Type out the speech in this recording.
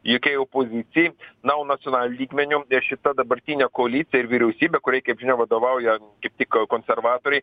jokiai opozicijai na o nacionaliniu lygmeniu šita dabartinė koalicija ir vyriausybė kuriai kaip žinia vadovauja kaip tik konservatoriai